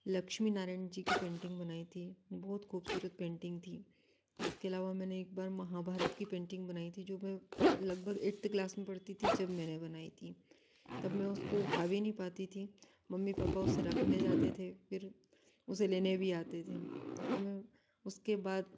लक्ष्मी नारायण जी की पेंटिंग बनाई थी बहुत खूबसूरत पेंटिंग थी इसके अलावा मैंने एक बार महाभारत की पेंटिंग बनाई थी जो मैं लगभग ऐटथ क्लास में पढ़ती थी जब मैंने बनाई थी तब मैं उसको उठा भी नहीं पाती थी मम्मी पापा उसे रखने जाते थे फिर उसे लेने भी आते थे जब मैं उसके बाद